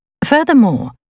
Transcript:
Furthermore